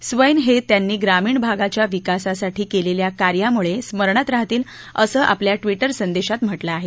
swan हे त्यांनी ग्रामीण भागाच्या विकासासाठी केलेल्या कार्यामुळे स्मरणात राहतील असं आपल्या ट्विटर संदेशात म्हटलं आहे